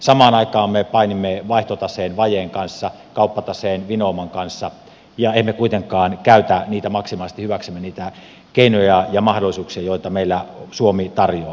samaan aikaan me painimme vaihtotaseen vajeen kanssa kauppataseen vinouman kanssa ja emme kuitenkaan käytä maksimaalisesti hyväksemme niitä keinoja ja mahdollisuuksia joita meille suomi tarjoaa